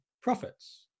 profits